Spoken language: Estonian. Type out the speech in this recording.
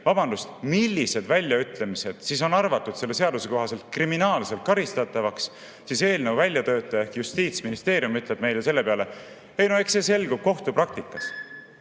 vabandust, millised väljaütlemised on arvatud selle seaduse kohaselt kriminaalselt karistatavaks, siis eelnõu väljatöötaja ehk Justiitsministeerium ütleb meile selle peale: ei no eks see selgub kohtupraktikas.